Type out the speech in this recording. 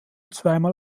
zweimal